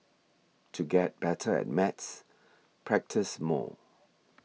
to get better at maths practise more